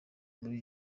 muri